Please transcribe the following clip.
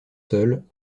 seul